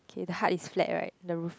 k the heart is flat right the roof